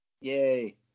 yay